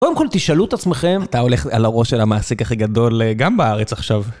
קודם כל תשאלו את עצמכם, אתה הולך על הראש של המעסיק הכי גדול גם בארץ עכשיו.